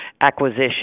acquisition